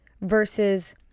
versus